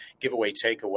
giveaway-takeaway